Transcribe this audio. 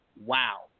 wow